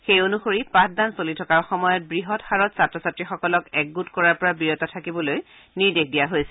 সেই অনুসৰি পাঠদান চলি থকাৰ সময়ত বৃহৎ হাৰত ছাত্ৰ ছাত্ৰীসকলক একগোট কৰাৰ পৰা বিৰত থাকিবৈল নিৰ্দেশ দিয়া হৈছে